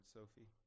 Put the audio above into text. Sophie